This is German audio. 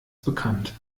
bekannt